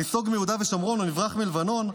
ניסוג מיהודה ושומרון או נברח מלבנון,